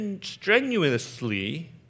strenuously